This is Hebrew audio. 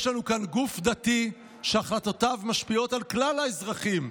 יש לנו כאן גוף דתי שהחלטותיו משפיעות על כלל האזרחים,